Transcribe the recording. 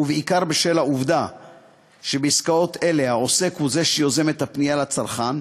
ובעיקר בשל העובדה שבעסקאות אלה העוסק הוא שיוזם את הפנייה לצרכן,